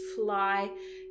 fly